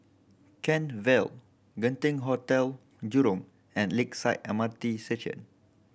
Kent Vale Genting Hotel Jurong and Lakeside M R T Station